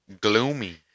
gloomy